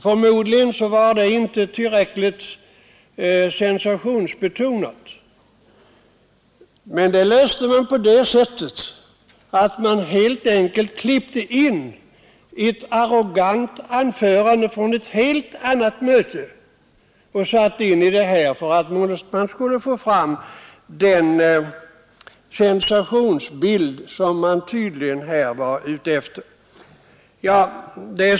Förmodligen var mötet inte tillräckligt sensationsbetonat, men det problemet löste man på det sättet att man helt enkelt klippte in ett arrogant anförande från ett helt annat möte för att få fram den sensation som man tydligen var ute efter.